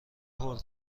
هول